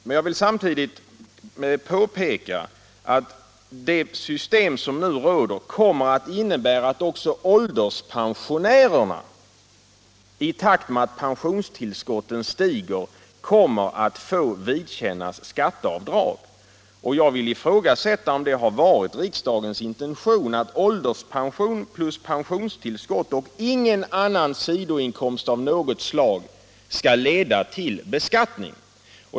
Men jag vill samtidigt påpeka att det system som råder kommer att innebära att också ålderspensionärer i takt med att pensionstillskotten stiger kommer att få vidkännas skatteavdrag. Och jag vill ifrågasätta om det varit riksdagens intention att ålderspension plus pensionstillskott utan sidoinkomst av något slag skall leda till beskattning.